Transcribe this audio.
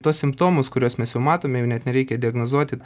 tuos simptomus kuriuos mes jau matome jau net nereikia diagnozuoti